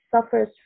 suffers